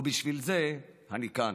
ובשביל זה אני כאן.